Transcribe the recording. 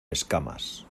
escamas